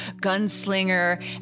gunslinger